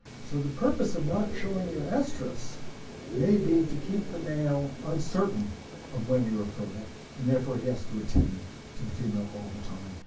so the purpose of not showing your estrus may be to keep the male uncertain of when you are fertile and therefore he has to attend to the female all the time,